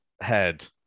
head